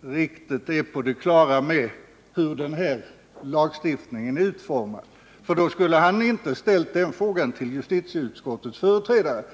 riktigt är på det klara med hur den lagstiftningen är utformad. Annars skulle han inte ha ställt dessa frågor till justitieutskottets företrädare.